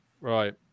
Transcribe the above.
right